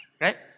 right